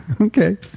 Okay